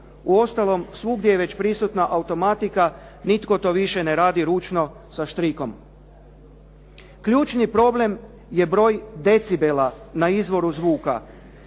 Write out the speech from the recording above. Uostalom svugdje je već prisutna automatika, nitko to više ne radi ručno sa štrikom. Ključni problem je broj decibela na izvoru zvuka.